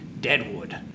Deadwood